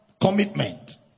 commitment